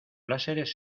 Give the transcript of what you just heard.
láseres